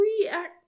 react